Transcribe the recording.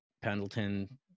Pendleton